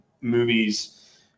movies